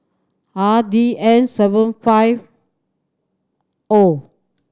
R D N seven five O